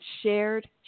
shared